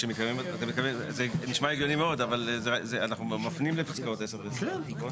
זה נשמע הגיוני מאוד אבל אנחנו מפנים לפסקאות 10 ו-10א.